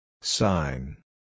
Sign